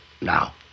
Now